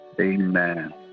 Amen